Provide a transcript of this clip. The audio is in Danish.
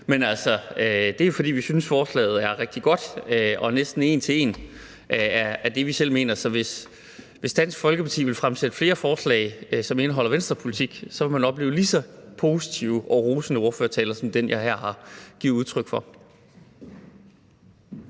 men det er, fordi vi synes, forslaget er rigtig godt, og næsten en til en er det, vi selv mener. Så hvis Dansk Folkeparti vil fremsætte flere forslag, som indeholder Venstres politik, vil man opleve lige så positive og rosende ordførertaler som den, jeg her har givet udtryk for.